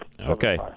Okay